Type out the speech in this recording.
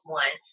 one